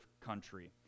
country